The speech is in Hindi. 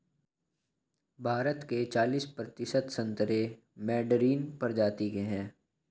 भारत के चालिस प्रतिशत संतरे मैडरीन प्रजाति के हैं